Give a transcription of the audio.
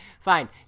Fine